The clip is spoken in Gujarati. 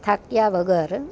થાક્યા વગર